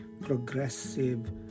progressive